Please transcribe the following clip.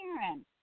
Karen